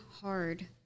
hard